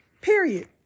Period